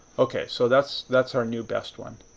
okay, so that's that's our new best one.